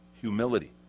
Humility